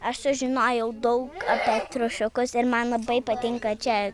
aš sužinojau daug apie triušiukus ir man labai patinka čia